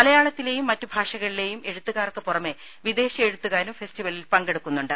മലയാളത്തിലെയും മറ്റു ഭാഷകളിലെയും എഴുത്തുകാർക്ക് പുറമെ വിദേശ എഴുത്തുകാരും ഫെസ്റ്റിവലിൽ പങ്കെടുക്കുന്നുണ്ട്